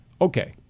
okay